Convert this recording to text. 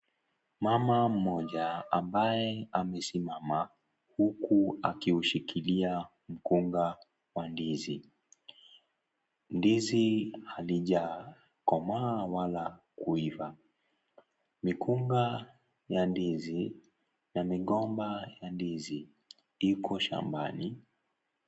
Mama mmoja ambaye amesimama huku akiushikilia mkunga wa ndizi. Ndizi halijakomaa wala kuiva. Mikunga ya ndizi na migomba ya ndizi iko shambani.